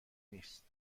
نیست